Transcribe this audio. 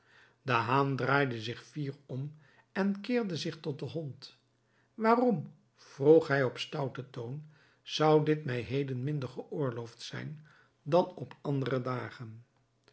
haan draaide zich fier om en keerde zich tot den hond waarom vroeg hij op stouten toon zou dit mij heden minder geoorloofd zijn dan op andere dagen